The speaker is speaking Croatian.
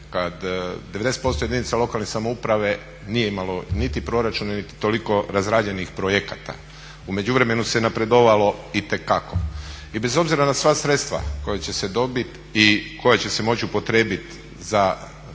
kad 90% jedinica lokalne samouprave nije imalo niti proračune niti toliko razrađenih projekata. U međuvremenu se napredovalo itekako. I bez obzira na sva sredstva koja će se dobiti i koja će se moći upotrijebiti za sufinanciranje